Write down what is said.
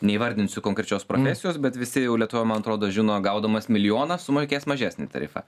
neįvardinsiu konkrečios profesijos bet visi jau lietuvoje man atrodo žino gaudamas milijoną sumokės mažesnį tarifą